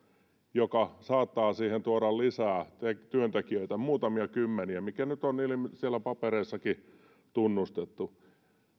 joka saattaa siihen tuoda lisää työntekijöitä muutamia kymmeniä mikä nyt on siellä papereissakin tunnustettu